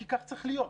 אני חשבתי שזה יקרה